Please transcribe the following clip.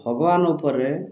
ଭଗବାନ ଉପରେ